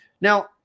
Now